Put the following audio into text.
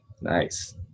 nice